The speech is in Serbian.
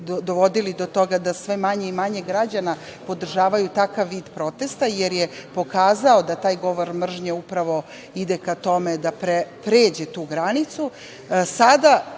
dovodili do toga da sve manje i manje građana podržavaju takav vid protesta jer je pokazao da taj govor mržnje upravo ide ka tome da pređe tu granicu, sada